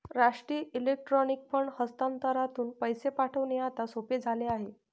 राष्ट्रीय electronic fund हस्तांतरणातून पैसे पाठविणे आता सोपे झाले आहे